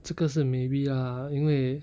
这个是 maybe lah 因为